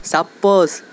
Suppose